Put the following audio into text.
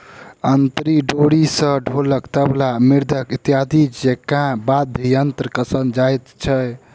अंतरी डोरी सॅ ढोलक, तबला, मृदंग इत्यादि जेंका वाद्य यंत्र कसल जाइत छै